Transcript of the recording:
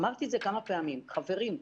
אמרתי את זה כמה פעמים: חברים,